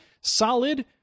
solid